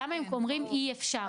למה הם אומרים אי-אפשר.